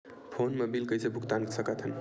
Phone मा bill कइसे भुक्तान साकत हन?